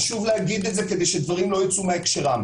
חשוב להגיד את זה כדי שדברים לא יצאו מהקשרם.